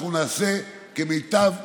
אנחנו נעשה כמיטב השתדלותנו.